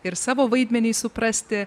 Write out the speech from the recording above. ir savo vaidmenį suprasti